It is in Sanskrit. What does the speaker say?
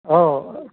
ओ